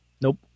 Nope